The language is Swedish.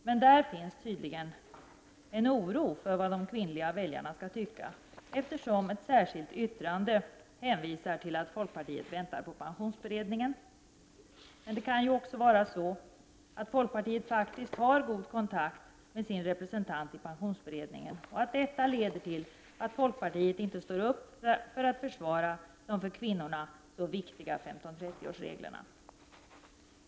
Där finns emellertid tydligen en oro för vad de kvinnliga väljarna skall tycka, eftersom folkpartiet i ett särskilt yttrande hänvisar till att man väntar på pensionsberedningen. Det kan ju också vara så att folkpartiet faktiskt har god kontakt med sin representant i pensionsberedningen och att detta leder till att folkpartiet inte står upp för att försvara de för kvinnorna så viktiga 15/30-årsreglerna.